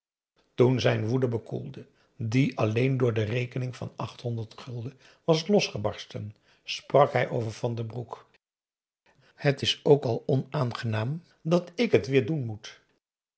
toen zijn woede bekoelde die alleen door de rekening van f was losgebarsten sprak hij over van den broek het is ook al onaangenaam dat ik het weer doen moet